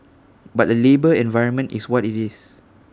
but the labour environment is what IT is